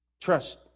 Trust